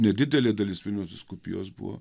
nedidelė dalis vilniaus vyskupijos buvo